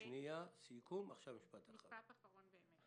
באמת